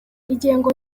ingengo